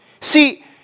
See